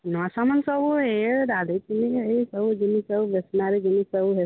ନା ସାମାନ ସବୁ ଏ ଏଇ ସବୁ ଜିନିଷ ସବୁ ଟେସନାରୀ ଜିନିଷ ସବୁ ରଖିଛୁ